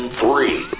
three